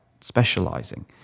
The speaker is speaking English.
specializing